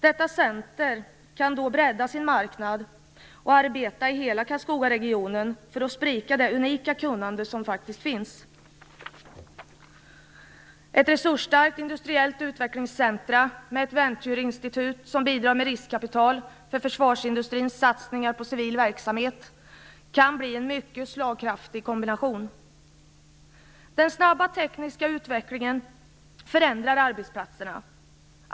Detta centrum kan då bredda sin marknad och arbeta i hela Karlskogaregionen för att sprida det unika kunnande som faktiskt finns. Ett resursstarkt industriellt utvecklingscentrum med ett venture-institut, som bidrar med riskkapital för försvarsindustrins satsningar på civil verksamhet, kan bli en mycket slagkraftig kombination. Den snabba tekniska utvecklingen förändrar arbetsplatserna.